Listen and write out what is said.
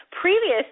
previous